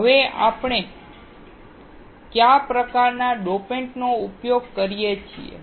હવે આપણે કયા પ્રકારનાં સામાન્ય ડોપન્ટ્સનો ઉપયોગ કરી શકીએ